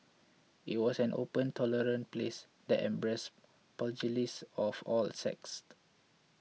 it was an open tolerant place that embraced pugilists of all the sects